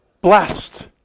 Blessed